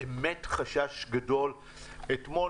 באמת חשש גדול אתמול,